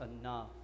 enough